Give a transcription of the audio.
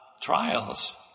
trials